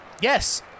Yes